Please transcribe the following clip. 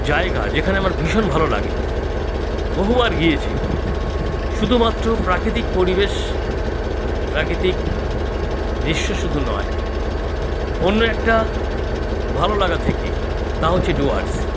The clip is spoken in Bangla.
জায়গা যেখানে আমার ভীষণ ভালো লাগে বহুবার গিয়েছি শুধুমাত্র প্রাকৃতিক পরিবেশ প্রাকৃতিক দৃশ্য শুধু নয় অন্য একটা ভালো লাগা থেকেই তা হচ্ছে ডুয়ার্স